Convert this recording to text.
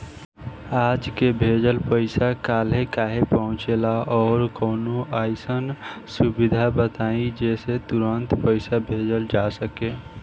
आज के भेजल पैसा कालहे काहे पहुचेला और कौनों अइसन सुविधा बताई जेसे तुरंते पैसा भेजल जा सके?